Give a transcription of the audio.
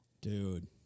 Dude